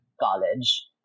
college